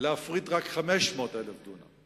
להפריט רק 500,000 דונם.